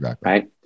Right